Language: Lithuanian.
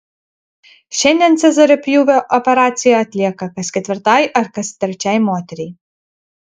šiandien cezario pjūvio operacija atlieka kas ketvirtai ar kas trečiai moteriai